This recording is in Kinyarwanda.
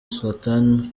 sultan